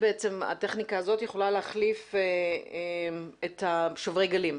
בעצם הטכניקה הזאת יכולה להחליף את שוברי הגלים.